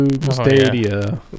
Stadia